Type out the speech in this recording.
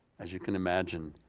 as you can imagine.